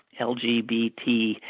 LGBT